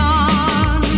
on